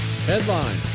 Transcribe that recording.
Headline